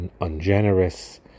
ungenerous